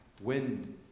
wind